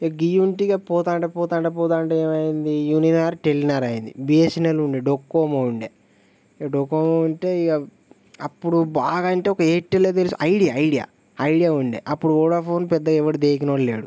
ఇవి ఉంటే ఇంక పోతుంటే పోతుంటే పోతుంటే ఏమైంది యూనినార్ టెలినార్ అయ్యింది బిఎస్ఎన్ఎల్ ఉండే డొక్కోమో ఉండే డొకోమో అంటే ఇంక అప్పుడు బాగా అంటే ఒక ఎయిర్టెలే తెలుసు ఐడియా ఐడియా ఐడియా ఉండేది అప్పుడు వోడాఫోన్ పెద్దగా ఎవ్వడూ దేకినోడు లేడు